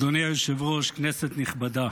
אדוני היושב-ראש, כנסת נכבדה,